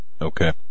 Okay